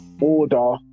order